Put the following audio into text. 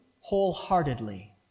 wholeheartedly